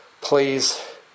Please